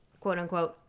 quote-unquote